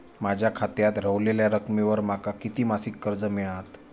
माझ्या खात्यात रव्हलेल्या रकमेवर माका किती मासिक कर्ज मिळात?